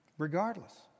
Regardless